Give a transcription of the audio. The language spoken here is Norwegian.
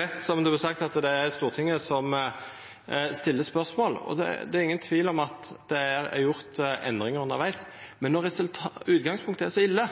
rett som det blir sagt, at det er Stortinget som stiller spørsmål, og det er ingen tvil om at det er gjort endringar undervegs. Men når utgangspunktet er så ille,